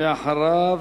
ואחריו